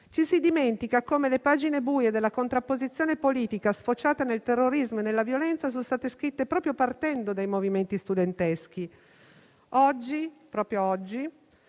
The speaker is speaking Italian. ci si dimentica come le pagine buie della contrapposizione politica sfociata nel terrorismo e nella violenza sono state scritte proprio partendo dai movimenti studenteschi. Proprio oggi